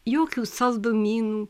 jokių saldumynų